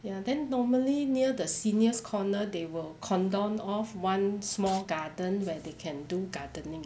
ya then normally near the seniors corner they were cordon off one small garden where they can do gardening